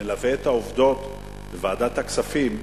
מלווה את העובדות בוועדת הכספים,